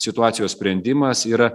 situacijos sprendimas yra